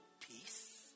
peace